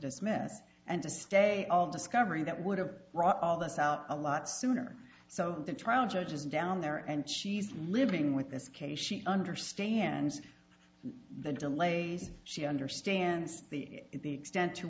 dismiss and to stay on discovery that would have brought all this out a lot sooner so the trial judge is down there and she's living with this case she understands the delays she understands the the extent to